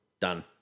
Done